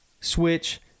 Switch